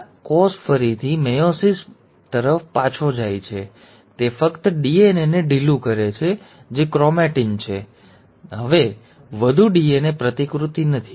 હવે સાઇટોકિન્સિસ એક પછી એક ટૂંકો સમયગાળો છે જે પહેલાં કોષ ફરીથી મેયોસિસ બે તરફ પાછો જાય છે અને પછી ફરીથી તે ફક્ત ડીએનએને ઢીલું કરે છે જે ક્રોમેટિન છે અને પછી તરત જ હવે વધુ ડીએનએ પ્રતિકૃતિ નથી